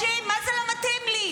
מה זה לא מתאים לי?